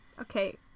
Okay